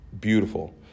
beautiful